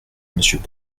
monsieur